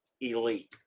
elite